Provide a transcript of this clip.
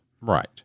Right